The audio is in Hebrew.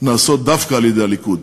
נעשות דווקא על-ידי הליכוד.